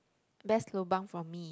best lobang from me